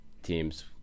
teams